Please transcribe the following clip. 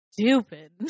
stupid